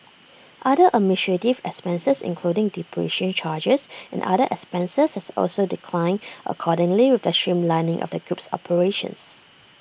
other administrative expenses including depreciation charges and other expenses also declined accordingly with the streamlining of the group's operations